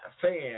fan